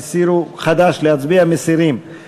ההסתייגויות של סיעת העבודה לסעיף 37,